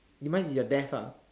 demise is your death lah